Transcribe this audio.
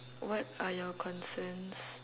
what are your concerns